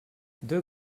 deux